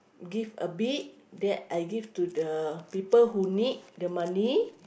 give a bit then I give to the people who need the money